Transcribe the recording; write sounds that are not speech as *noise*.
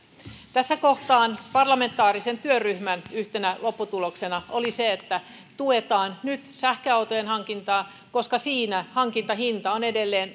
tässä kohtaa parlamentaarisen työryhmän yhtenä lopputuloksena oli se että tuetaan nyt sähköautojen hankintaa koska siinä hankintahinta on edelleen *unintelligible*